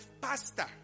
pastor